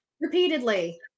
Repeatedly